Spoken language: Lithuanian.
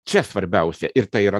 čia svarbiausia ir tai yra